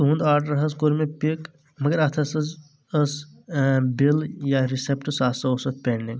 تُہُنٛد آرڈر حظ کوٚر مےٚ پِک مگر اتھ حظ ٲس بِل یا رِسیٖٹ سُہ ہسا اوس اتھ پینڈنٛٛگ